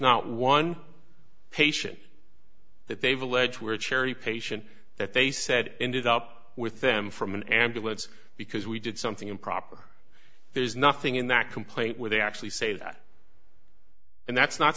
not one patient that they've allege where cherry patient that they said ended up with them from an ambulance because we did something improper there's nothing in that complaint where they actually say that and that's not